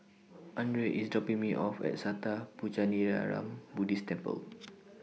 Andrae IS dropping Me off At Sattha Puchaniyaram Buddhist Temple